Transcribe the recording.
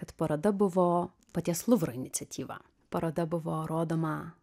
kad paroda buvo paties luvro iniciatyva paroda buvo rodoma